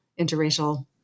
interracial